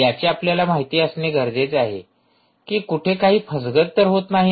याची आपल्याला माहिती असणे गरजेचे आहे कि कुठे काही फसगत तर होत नाही ना